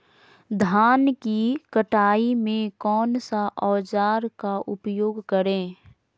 धान की कटाई में कौन सा औजार का उपयोग करे?